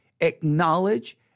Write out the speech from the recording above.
Acknowledge